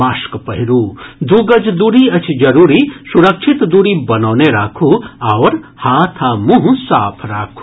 mask पहिरू दू गज दूरी अछि जरूरी सुरक्षित दूरी बनौने राखू आओर हाथ आ मुंह साफ राखू